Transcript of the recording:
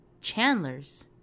Chandler's